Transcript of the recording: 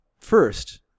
first